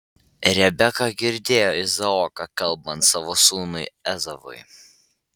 rebeka girdėjo izaoką kalbant savo sūnui ezavui